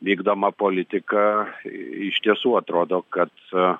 vykdoma politika iš tiesų atrodo kad